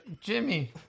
Jimmy